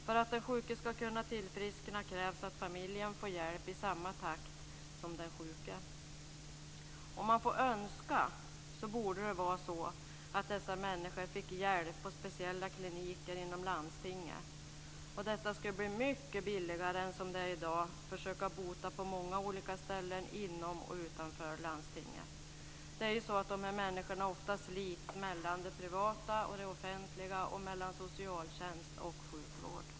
För att den sjuke ska kunna tillfriskna krävs att familjen får hjälp i samma takt som den sjuke. Om man får önska borde det vara så att dessa människor fick hjälp på speciella kliniker inom landstinget. Detta skulle bli mycket billigare än i dag när man försöker bota på många olika ställen inom och utanför landstinget. De här människorna slits ofta mellan det privata och det offentliga och mellan socialtjänst och sjukvård.